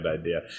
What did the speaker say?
idea